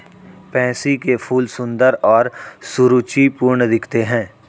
pansy के फूल सुंदर और सुरुचिपूर्ण दिखते हैं